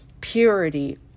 purity